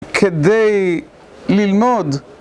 כדי ללמוד